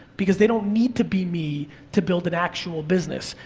because they don't need to be me to build an actual business.